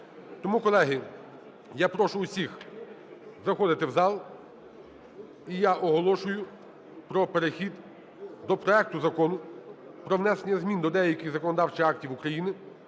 Тому, колеги, я прошу всіх заходити в зал. І я оголошую про перехід до проекту Закону про внесення змін до деяких законодавчих актів України